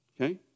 Okay